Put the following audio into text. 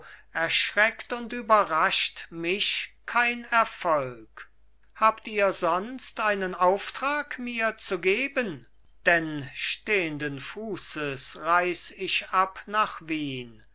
erschreckt und überrascht mich kein erfolg habt ihr sonst einen auftrag mir zu geben denn stehnden fußes reis ich ab nach wien